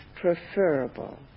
preferable